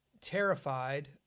terrified